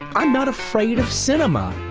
i'm not afraid of cinema.